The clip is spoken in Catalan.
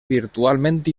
virtualment